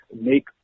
make